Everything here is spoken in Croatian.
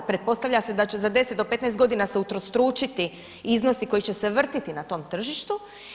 Pretpostavlja se da će za 10-15 g. se utrostručiti iznosi koji će se vrtati na tom tržištu.